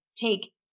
take